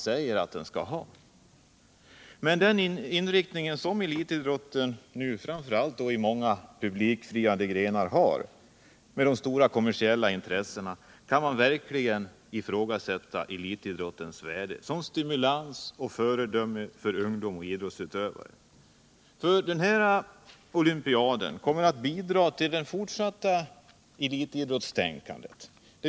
Med den inriktning som elitidrotten nu har, framför allt inom många publikfriande grenar med stora kommersiella intressen. kan man verkligen ifrågasätta elitidrottens värde som stimulans och föredöme för ungdom och idrottsutövare. Denna o:ympiad kommer att bidra till det fortsatta elitidrottstänkandet.